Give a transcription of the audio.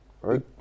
Right